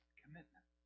commitment